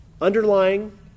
Underlying